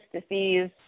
disease